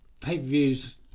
pay-per-views